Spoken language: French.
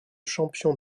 champion